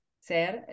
ser